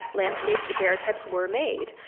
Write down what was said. landscape daguerreotypes were made,